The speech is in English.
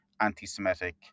anti-Semitic